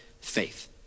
faith